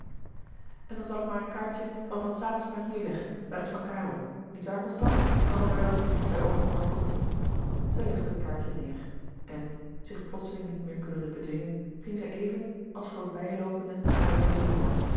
en dan zal ik maar een kaartje van van saetzema hier leggen bij dat van karel niet waar constance voor van der welcke als hij overmorgen komt zij legde het kaartje neêr en zich plotseling niet meer kunnende bedwingen ging zij even als voorbij loopende naar den bolero